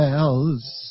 else